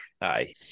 Aye